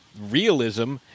realism